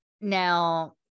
Now